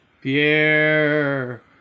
Pierre